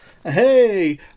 hey